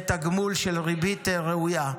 בתגמול של ריבית ראויה.